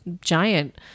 giant